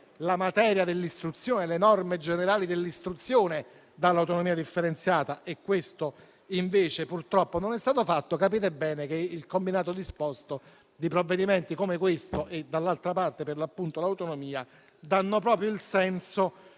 perlomeno di togliere le norme generali dell'istruzione dall'autonomia differenziata, e questo invece purtroppo non è stato fatto. Capite bene che il combinato disposto di provvedimenti come questo e, dall'altra parte, l'autonomia danno proprio il senso